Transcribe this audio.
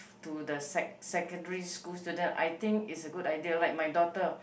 to the sec~ secondary school student I think it's a good idea like my daughter